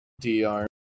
DR